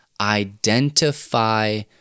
Identify